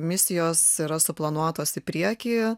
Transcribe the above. misijos yra suplanuotos į priekį